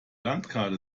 landkarte